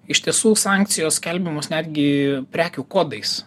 iš tiesų sankcijos skelbiamos netgi prekių kodais